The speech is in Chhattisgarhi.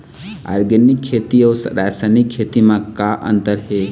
ऑर्गेनिक खेती अउ रासायनिक खेती म का अंतर हे?